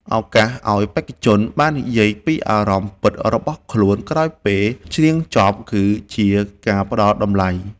ឱកាសឱ្យបេក្ខជនបាននិយាយពីអារម្មណ៍ពិតរបស់ខ្លួនក្រោយពេលច្រៀងចប់គឺជាការផ្ដល់តម្លៃ។